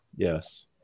yes